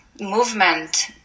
Movement